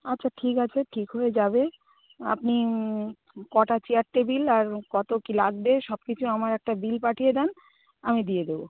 আচ্ছা ঠিক আছে ঠিক হয়ে যাবে আপনি কটা চেয়ার টেবিল আর কতো কী লাগবে সব কিছু আমার একটা বিল পাঠিয়ে দেন আমি দিয়ে দেবো